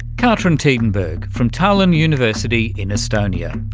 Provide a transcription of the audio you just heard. katrin tiidenberg from tallinn university in estonia.